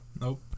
Nope